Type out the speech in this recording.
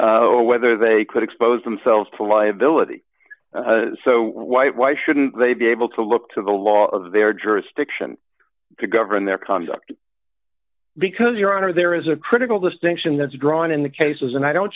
over whether they could expose themselves to liability so why why shouldn't they be able to look to the law of their jurisdiction to govern their conduct because your honor there is a critical distinction that's drawn in the cases and i don't